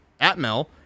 Atmel